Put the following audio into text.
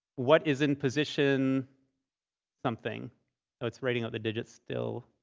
what is in position something? so it's writing out the digits still.